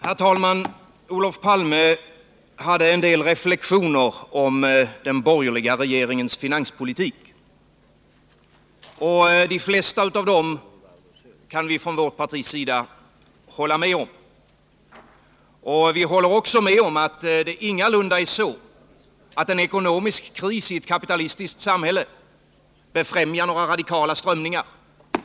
Herr talman! Olof Palme framförde en del reflektioner om den borgerliga regeringens finanspolitik. De flesta av dem kan vi från vårt partis sida hålla med om. Vi håller också med om att en ekonomisk kris i ett kapitalistiskt samhälle ingalunda befrämjar några radikala strömningar.